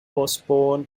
osborne